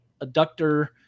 adductor